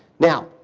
now,